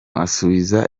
asubiza